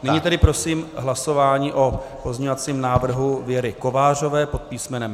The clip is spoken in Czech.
Nyní tedy prosím hlasování o pozměňovacím návrhu Věry Kovářové pod písm.